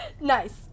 Nice